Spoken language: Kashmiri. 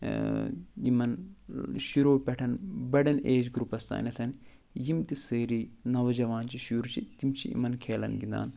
یِمَن شُروٗع پٮ۪ٹھ بَڑٮ۪ن ایج گرُپَس تانٮ۪تھ یِم تہِ سٲری نوجوان چھِ شُرۍ چھِ تِم چھِ یِمَن کھیلَن گِنٛدان